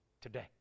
Today